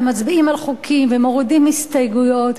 ומצביעים על חוקים ומורידים הסתייגויות,